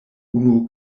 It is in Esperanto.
unu